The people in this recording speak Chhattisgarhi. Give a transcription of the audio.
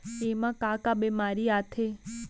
एमा का का बेमारी आथे?